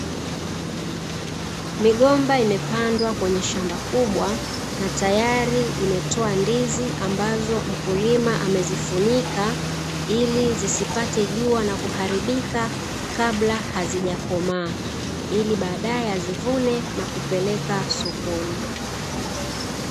Migomba imepandwa kwenye shamba kubwa na tayari imetoa ndizi ambazo mkulima amezifunika ili zisipate jua na kuharibika kabla hazijakomaa, ili baadaye azivune na kupeleka sokoni.